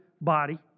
body